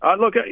Look